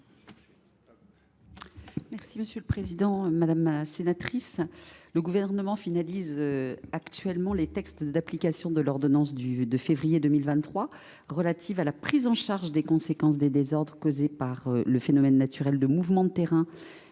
Quel est l’avis du Gouvernement ? Le Gouvernement finalise actuellement les textes d’application de l’ordonnance du 8 février 2023 relative à la prise en charge des conséquences des désordres causés par le phénomène naturel de mouvements de terrain